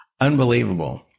unbelievable